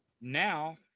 now